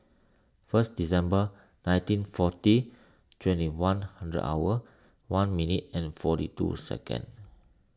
first December nineteen forty twenty one hundred hour one minute and forty two seconds